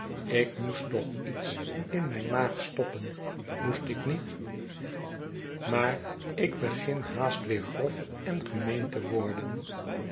ik moest toch iets in mijne maag stoppen moest ik niet maar ik begin haast weer grof en gemeen te worden